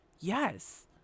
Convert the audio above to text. yes